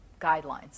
guidelines